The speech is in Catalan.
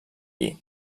lli